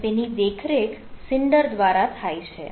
તેની દેખરેખ સિન્ડર દ્વારા થાય છે